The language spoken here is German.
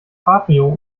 cabrio